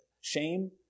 Shame